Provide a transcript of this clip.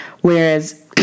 Whereas